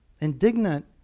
Indignant